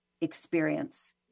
experience